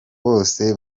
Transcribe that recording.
bose